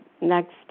next